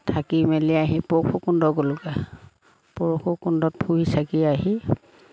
থাকি মেলি আহি পৰশুকুণ্ড গ'লোঁগৈ পৰশুকুণ্ডত ফুৰি চাকি আহি